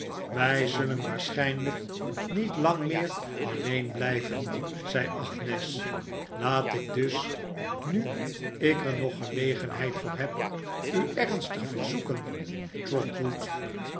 wij zullen waarschijnlijk niet lang meer alleen blijven zei agnes laat ik dus nu ik er nog gelegenheid voor heb u ernstig verzoeken